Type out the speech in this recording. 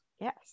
yes